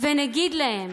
ונגיד להם,